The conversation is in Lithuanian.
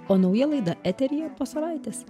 o nauja laida eteryje po savaitės